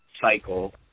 cycle